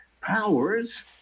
powers